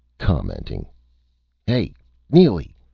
commenting hey neely!